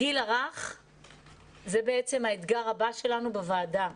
הגיל הרך זה האתגר הבא שלנו בוועדה.